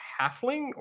halfling